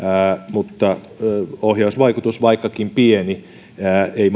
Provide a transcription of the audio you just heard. mutta ohjausvaikutus vaikkakin pieni ei